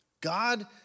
God